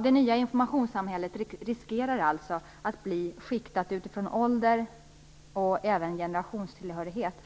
Det nya informationssamhället riskerar alltså att bli skiktat utifrån ålder och även generationstillhörighet.